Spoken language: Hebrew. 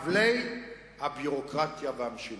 כבלי הביורוקרטיה והמשילות.